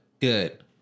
good